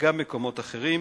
וגם מקומות אחרים,